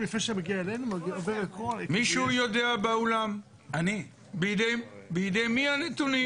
מישהו יודע באולם בידי מי הנתונים?